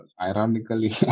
ironically